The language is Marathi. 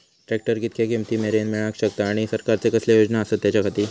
ट्रॅक्टर कितक्या किमती मरेन मेळाक शकता आनी सरकारचे कसले योजना आसत त्याच्याखाती?